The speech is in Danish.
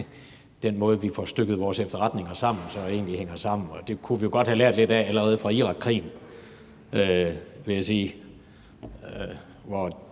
den måde, vi får stykket vores efterretninger sammen på, egentlig hænger sammen, og det kunne vi jo godt have lært lidt af allerede fra Irakkrigen, vil jeg sige,